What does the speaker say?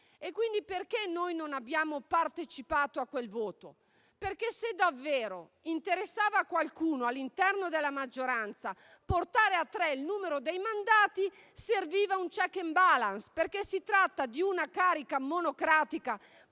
Pertanto noi non abbiamo partecipato a quel voto, perché se davvero interessava a qualcuno all'interno della maggioranza portare a tre il numero dei mandati, serviva un *check and balance,* perché si tratta di una carica monocratica